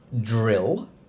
drill